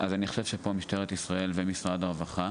אני חושב שפה משטרת ישראל ומשרד הרווחה